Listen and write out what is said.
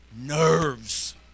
nerves